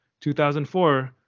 2004